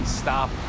stop